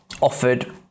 offered